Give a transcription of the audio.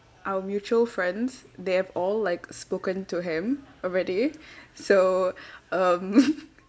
our mutual friends they have all like spoken to him already so um